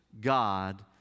God